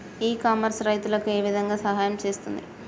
E commerce రైతులకు ఏ విధంగా సహాయం చేస్తుంది?